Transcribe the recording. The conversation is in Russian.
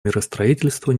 миростроительству